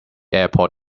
airport